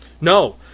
No